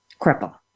Cripple